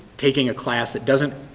taking a class that doesn't